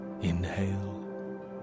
inhale